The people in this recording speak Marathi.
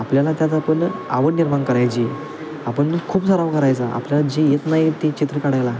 आपल्याला त्याचा आपण आवड निर्माण करायची आहे आपण खूप साराव करायचा आपल्याला जे येत नाही ते चित्र काढायला